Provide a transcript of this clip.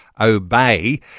obey